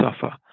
suffer